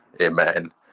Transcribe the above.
Amen